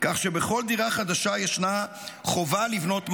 כך שבכל דירה חדשה ישנה חובה לבנות ממ"ד.